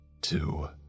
two